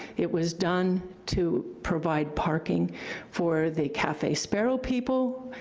it was done to provide parking for the cafe sparrow people,